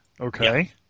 Okay